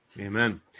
Amen